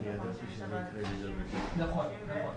נכון.